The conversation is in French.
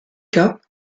cas